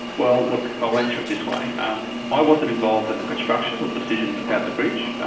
well look, i'll answer it this way um i wasn't involved in the construction or the decisions about the bridge.